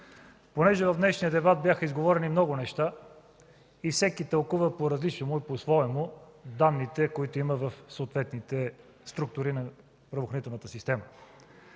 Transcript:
Понеже в днешния дебат бяха изговорени много неща и всеки тълкува по различному и по своему данните, които има в съответните структури на правоохранителната система,